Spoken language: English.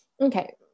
Okay